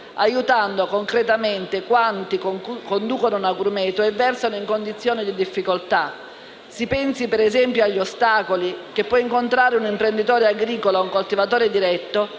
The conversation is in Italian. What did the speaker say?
aiutando concretamente quanti conducono un agrumeto e versano in condizioni di difficoltà. Si pensi, per esempio, agli ostacoli che può incontrare un imprenditore agricolo o un coltivatore diretto